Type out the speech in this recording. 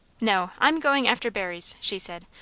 no, i'm going after berries, she said.